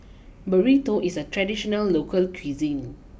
Burrito is a traditional local cuisine